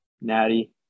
Natty